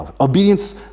Obedience